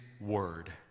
word